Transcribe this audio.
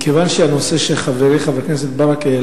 מכיוון שהנושא שחברי חבר הכנסת ברכה העלה